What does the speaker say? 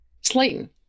Slayton